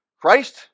Christ